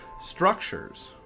structures